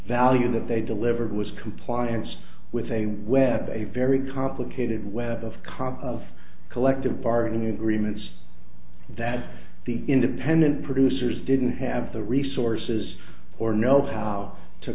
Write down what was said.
value that they delivered was compliance with a web a very complicated web of comp of collective bargaining agreements that the independent producers didn't have the resources or know how to